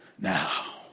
Now